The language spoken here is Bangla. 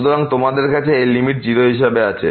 সুতরাং তোমাদের কাছে এই লিমিটটি 0 হিসাবে আছে